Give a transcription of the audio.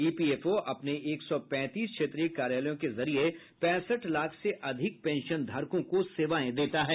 EPFO अपने एक सौ पैंतीस क्षेत्रीय कार्यालयों के जरिये पैंसठ लाख से अधिक पेंशनधारकों को सेवायें देता है